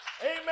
Amen